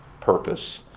purpose